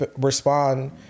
respond